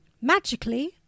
Magically